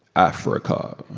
africa,